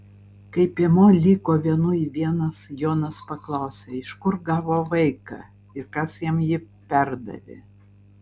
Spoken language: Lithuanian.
kai piemuo liko vienui vienas jonas paklausė iš kur gavo vaiką ir kas jam jį perdavė